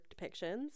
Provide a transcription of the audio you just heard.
depictions